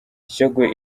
shyogwe